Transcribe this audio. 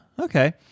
Okay